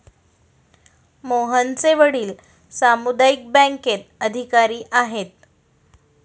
मोहनचे वडील सामुदायिक बँकेत अधिकारी आहेत